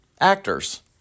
Actors